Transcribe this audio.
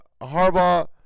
Harbaugh